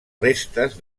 restes